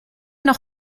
noch